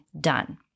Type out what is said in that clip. done